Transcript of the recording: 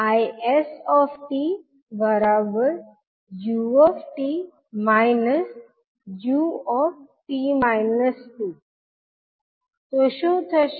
is𝑡 𝑢𝑡 − 𝑢𝑡 − 2 તો શું થશે